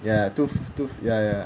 ya two fif~ ya ya